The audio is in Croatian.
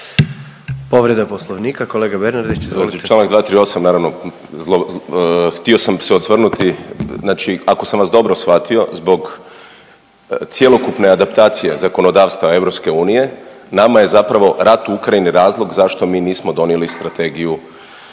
Davor (Socijaldemokrati)** Čl. 238. naravno, htio sam se osvrnuti, znači ako sam vas dobro shvatio zbog cjelokupne adaptacije zakonodavstva EU nama je zapravo rat u Ukrajini razlog zašto mi nismo donijeli Strategiju